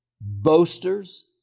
boasters